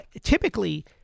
Typically